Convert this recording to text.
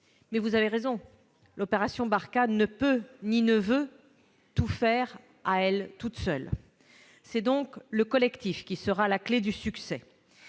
mais vous avez raison, l'opération Barkhane ne peut tout faire à elle seule. C'est donc le collectif qui sera la clé du succès.